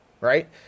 right